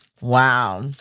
Wow